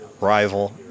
rival